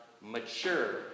mature